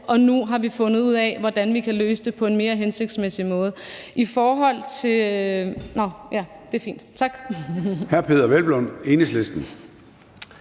og nu har vi fundet ud af, hvordan vi kan løse det på en mere hensigtsmæssig måde.